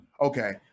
okay